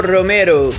Romero